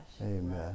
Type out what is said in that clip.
Amen